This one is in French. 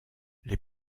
les